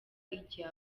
igihe